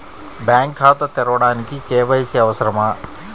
Bank ఖాతా తెరవడానికి KYC అవసరమా?